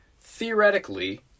theoretically